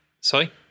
Sorry